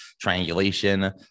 triangulation